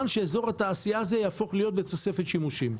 שאזור התעשייה הזה יהפוך להיות בתוספת שימושים.